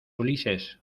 ulises